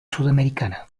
sudamericana